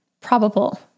probable